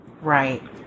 Right